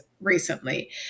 recently